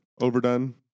Overdone